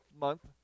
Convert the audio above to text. month